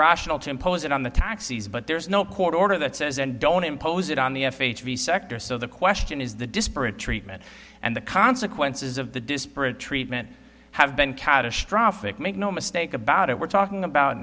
rational to impose it on the taxi's but there's no court order that says and don't impose it on the f h v sector so the question is the disparate treatment and the consequences of the disparate treatment have been catastrophic make no mistake about it we're talking about